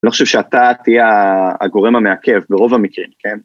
לא חושב שאתה תהיה הגורם המעכב ברוב המקרים, כן?